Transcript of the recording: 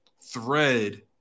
thread